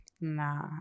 Nah